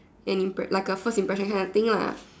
an impress like a first impression kind of thing lah